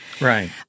right